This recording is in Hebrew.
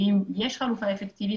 ואם יש חלופה אפקטיבית,